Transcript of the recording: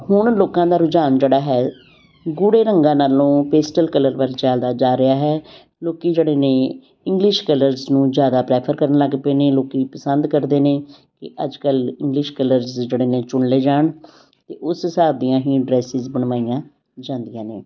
ਹੁਣ ਲੋਕਾਂ ਦਾ ਰੁਝਾਨ ਜਿਹੜਾ ਹੈ ਗੂੜੇ ਰੰਗਾਂ ਨਾਲੋਂ ਪੇਸਟਲ ਕਲਰ ਵੱਲ ਜ਼ਿਆਦਾ ਜਾ ਰਿਹਾ ਹੈ ਲੋਕ ਜਿਹੜੇ ਨੇ ਇੰਗਲਿਸ਼ ਕਲਰਜ਼ ਨੂੰ ਜ਼ਿਆਦਾ ਪ੍ਰੈਫਰ ਕਰਨ ਲੱਗ ਪਏ ਨੇ ਲੋਕ ਪਸੰਦ ਕਰਦੇ ਨੇ ਅਤੇ ਅੱਜ ਕੱਲ੍ਹ ਇੰਗਲਿਸ਼ ਕਲਰਜ਼ ਜਿਹੜੇ ਨੇ ਚੁਣ ਲਏ ਜਾਣ ਅਤੇ ਉਸ ਹਿਸਾਬ ਦੀਆਂ ਹੀ ਡਰੈਸਿਜ਼ ਬਣਵਾਈਆਂ ਜਾਂਦੀਆਂ ਨੇ